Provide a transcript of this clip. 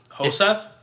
Josef